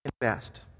best